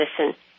Medicine